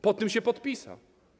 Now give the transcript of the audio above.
Pod tym się podpisał.